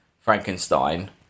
frankenstein